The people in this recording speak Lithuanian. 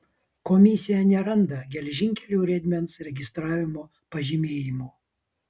komisija neranda geležinkelių riedmens registravimo pažymėjimų